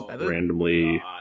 randomly